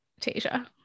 tasia